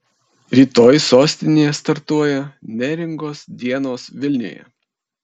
rytoj sostinėje startuoja neringos dienos vilniuje